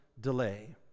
delay